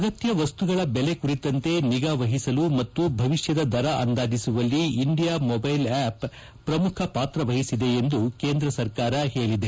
ಅಗತ್ಯ ವಸ್ತುಗಳ ಬೆಲೆ ಕುರಿತಂತೆ ನಿಗಾ ವಹಿಸಲು ಮತ್ತು ಭವಿಷ್ಕದ ದರ ಅಂದಾಜಿಸುವಲ್ಲಿ ಇಂಡಿಯಾ ಮೊಬ್ನೆಲ್ ಆ್ಲಪ್ ಪ್ರಮುಖ ಪಾತ್ರ ವಹಿಸಿದೆ ಎಂದು ಕೇಂದ್ರ ಸರ್ಕಾರ ಹೇಳಿದೆ